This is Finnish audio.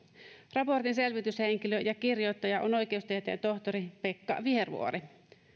raportin selvityshenkilö ja kirjoittaja on oikeustieteen tohtori pekka vihervuori